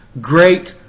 great